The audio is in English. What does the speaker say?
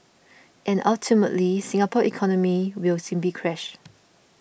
and ultimately Singapore's economy will simply crash